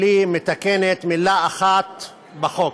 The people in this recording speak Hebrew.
שלי היא לתקן מילה אחת בחוק,